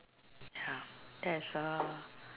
ya that's uh